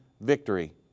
victory